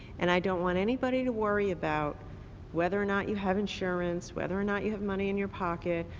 and i don't want anybody to worry about whether or not you have insurance, whether or not you have money in your pocket,